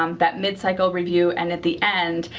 um that mid-cycle review, and at the end.